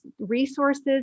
resources